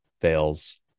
fails